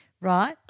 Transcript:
Right